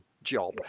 job